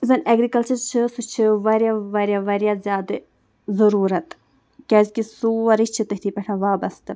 یُس زَن اٮ۪گرِکَلچَر چھِ سُہ چھِ واریاہ واریاہ واریاہ زیادٕ ضٔروٗرَت کیٛازِکہِ سورُے چھِ تٔتھی پٮ۪ٹھ وابسطہٕ